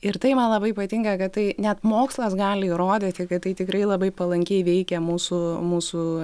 ir tai man labai patinka kad tai net mokslas gali įrodyti kad tai tikrai labai palankiai veikia mūsų mūsų